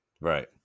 Right